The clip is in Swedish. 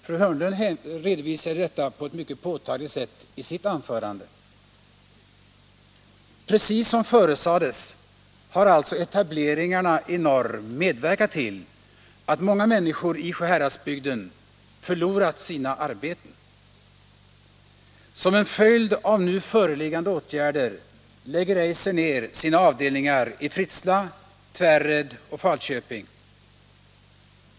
Fru Hörnlund redovisade detta på ett mycket påtagligt sätt i sitt anförande. Precis som förutsades har alltså etableringen i norr medverkat till att många människor i Sjuhäradsbygden förlorat sina arbeten. Som en följd av nu föreliggande åtgärder lägger Eiser ner sina avdelningar i Fritsla, Tvärred och Falköping.